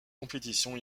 compétition